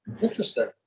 interesting